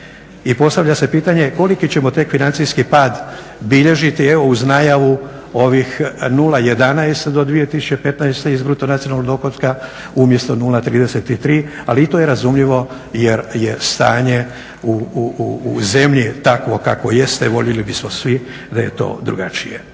I postavlja se pitanje koliki ćemo tek financijski pad bilježiti evo uz najavu ovih 0,11 do 2015. iz bruto nacionalnog dohotka umjesto 0,33 ali i to je razumljivo jer je stanje u zemlji takvo kakvo jeste voljeli bismo svi da je to drugačije.